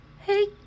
Hey